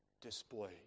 displayed